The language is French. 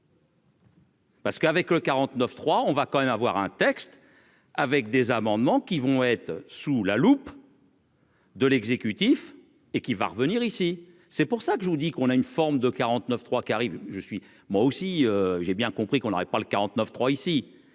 Parce qu'avec le 49 3 on va quand même avoir un texte avec des amendements qui vont être sous la loupe. De l'exécutif et qui va revenir ici, c'est pour ça que je vous dis qu'on a une forme de 49 3 qui arrive, je suis moi aussi j'ai bien compris qu'on aurait pas le 49 3 ici,